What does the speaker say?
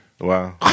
Wow